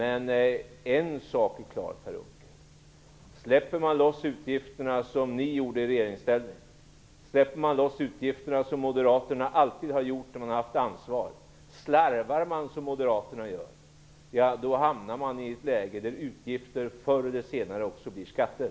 En sak är dock klar, Per Unckel: Släpper man loss utgifterna så som ni gjorde i regeringsställning, släpper man loss utgifterna så som som Moderaterna alltid har gjort när de har haft ansvar, slarvar man som Moderaterna gör, då hamnar man i ett läge där utgifter förr eller senare också blir skatter.